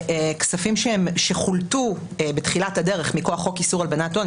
כספים שחולטו בתחילת הדרך מכוח כוח איסור הלבנת הון,